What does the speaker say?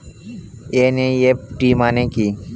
NEFT মানে কি?